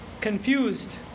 Confused